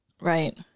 Right